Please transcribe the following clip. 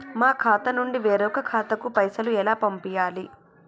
మా ఖాతా నుండి వేరొక ఖాతాకు పైసలు ఎలా పంపియ్యాలి?